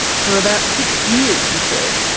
for about six years, he said,